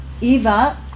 Eva